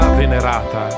venerata